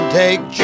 take